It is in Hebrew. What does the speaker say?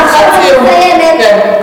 אני מסיימת.